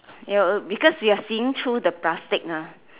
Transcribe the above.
w~ because we are seeing through the plastic mah